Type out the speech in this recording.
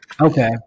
Okay